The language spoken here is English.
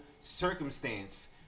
circumstance